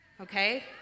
okay